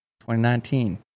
2019